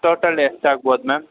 total ಎಷ್ಟು ಆಗ್ಬೋದು ma'am